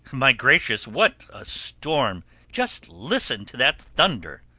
my gracious, what a storm just listen to that thunder!